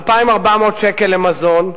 2,400 שקל למזון,